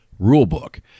rulebook